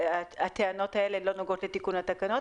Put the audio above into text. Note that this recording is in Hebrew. הטענות האלה לא נוגעות לתיקון התקנות,